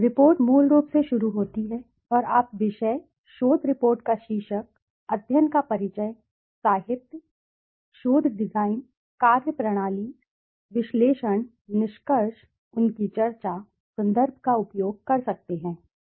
report मूल रूप से शुरू होती है और आप विषय शोध रिपोर्ट का शीर्षक अध्ययन का परिचय साहित्य शोध डिजाइन कार्यप्रणाली विश्लेषण निष्कर्ष उनकी चर्चा संदर्भ का उपयोग कर सकते हैं